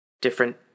different